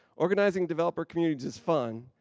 organizing developer communities is fun,